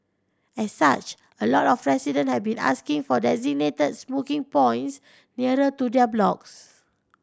as such a lot of resident have been asking for designated smoking points nearer to their blocks